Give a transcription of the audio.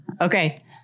Okay